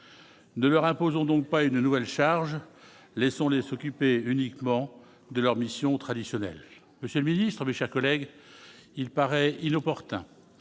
ne leur imposons donc pas une nouvelle charge, laissons-les s'occuper uniquement de leurs missions traditionnelles, monsieur le Ministre, mes chers collègues, il paraît inopportun